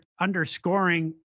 underscoring